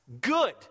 good